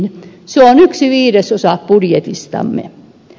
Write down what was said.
se on yksi viidesosa budjetistamme